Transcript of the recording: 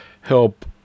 help